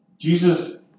Jesus